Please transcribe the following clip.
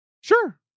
Sure